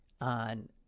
on